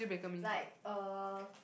like a